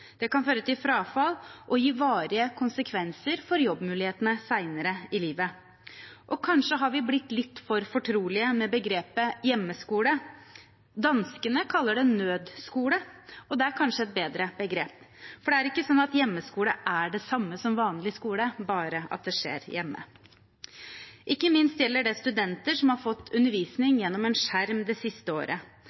Det kan føre til frafall og gi varige konsekvenser for jobbmulighetene senere i livet. Og kanskje har vi blitt litt for fortrolige med begrepet hjemmeskole? Danskene kaller det nødskole, og det er kanskje et bedre begrep? For det er ikke sånn at hjemmeskole er det samme som vanlig skole, bare at det skjer hjemme. Ikke minst gjelder det studenter som har fått undervisning gjennom en skjerm det siste året.